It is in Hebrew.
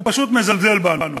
הוא פשוט מזלזל בנו.